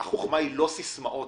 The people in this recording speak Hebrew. החוכמה היא לא סיסמאות,